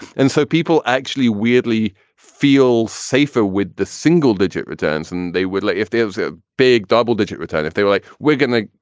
and so people actually weirdly feel safer with the single digit returns and they would like if there was a big double digit return, if they were like, we're going to,